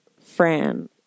Fran